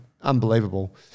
unbelievable